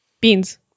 Beans